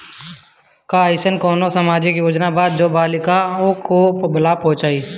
का अइसन कोनो सामाजिक योजना बा जोन बालिकाओं को लाभ पहुँचाए?